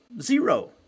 Zero